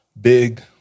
big